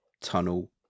tunnel